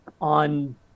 on